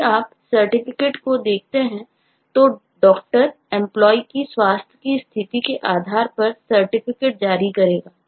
यदि आप Certificate को देखते हैं तो Doctor Employee की स्वास्थ्य की स्थिति के आधार पर Certificate जारी करेगा